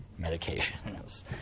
medications